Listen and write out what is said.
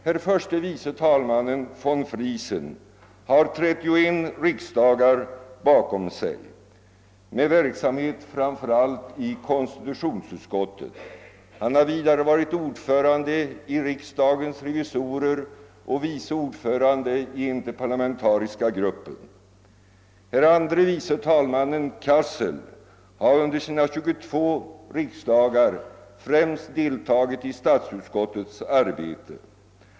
Herr förste vice talmannen von Friesen har 31 riksdagar bakom sig med verksamhet framför allt i konstitutionsutskottet. Han har vidare varit ordförande i riksdagens revisorer och vice ordförande i interparlamentariska gruppen. Herr andre vice talmannen Cassel har under sina 22 riksdagar främst deltagit i statsutskottets arbete.